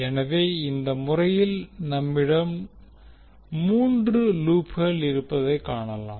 எனவே இந்த முறையில் நம்மிடம் மூன்று லூப்கள் இருப்பதை காணலாம்